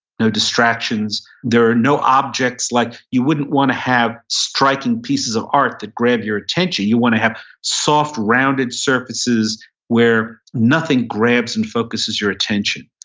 no distractions. there are no objects. like you wouldn't want to have striking pieces of art art that grab your attention. you want to have soft rounded surfaces where nothing grabs and focuses your attention.